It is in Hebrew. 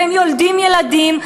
והם יולדים ילדים,